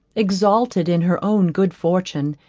exulted in her own good fortune,